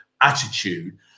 attitude